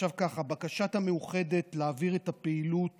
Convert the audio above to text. עכשיו ככה: בקשת המאוחדת להעביר את הפעילות